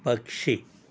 పక్షి